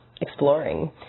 exploring